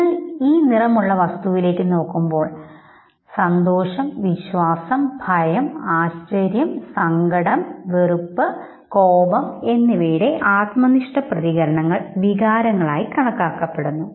നിങ്ങൾ ഈ നിറമുള്ള വസ്തുവിലേക്ക് നോക്കുമ്പോൾ സന്തോഷം വിശ്വാസം ഭയം ആശ്ചര്യം സങ്കടം വെറുപ്പ് കോപം എന്നിവയുടെ ആത്മനിഷ്ഠ പ്രതികരണങ്ങൾ വികാരങ്ങളായി കണക്കാക്കുന്നു